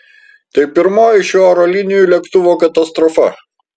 tai pirmoji šių oro linijų lėktuvo katastrofa